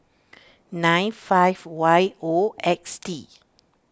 nine five Y O X T